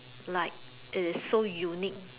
like is so unique